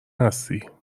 هستی